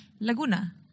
Laguna